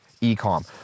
e-com